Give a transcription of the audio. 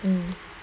um